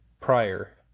prior